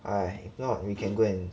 哎 if not we can go and